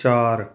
ਚਾਰ